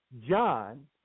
John